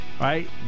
right